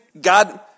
God